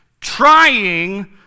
trying